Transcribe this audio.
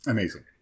Amazing